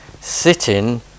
sitting